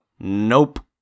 Nope